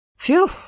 Phew